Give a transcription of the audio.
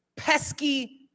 pesky